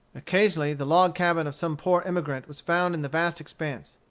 occasionally the log cabin of some poor emigrant was found in the vast expanse.